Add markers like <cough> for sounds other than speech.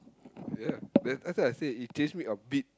ya <noise> that that's why I say it teach me a bit